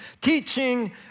teaching